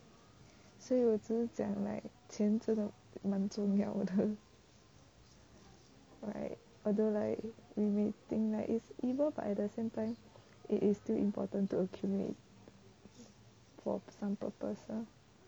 所以我只是讲 like 钱真的重要的 de right although like we may think like it's evil but at the same time it is still important to accumulate for some purpose ah